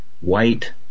white